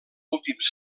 últims